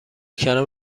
کلم